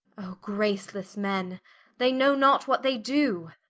gracelesse men they know not what they do